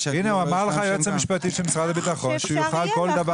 אמר לך היועץ המשפטי של משרד הביטחון שהוא יוכל כל דבר,